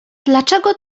dlaczego